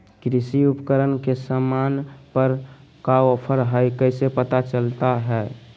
कृषि उपकरण के सामान पर का ऑफर हाय कैसे पता चलता हय?